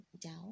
down